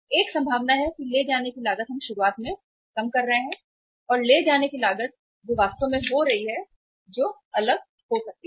एक संभावना है कि ले जाने की लागत हम शुरुआत में काम कर रहे हैं और ले जाने की लागत वास्तव में हो रही है जो अलग हो सकती है